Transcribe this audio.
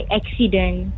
accident